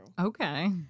Okay